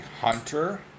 hunter